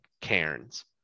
cairns